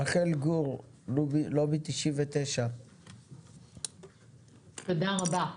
רחלי גור לובי 99. תודה רבה.